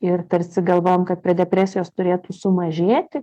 ir tarsi galvojam kad prie depresijos turėtų sumažėti